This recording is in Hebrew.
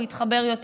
הוא יתחבר יותר.